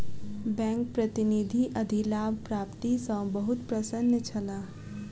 bank प्रतिनिधि अधिलाभ प्राप्ति सॅ बहुत प्रसन्न छला